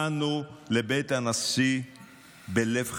באנו לבית הנשיא בלב חפץ,